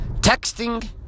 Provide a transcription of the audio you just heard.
texting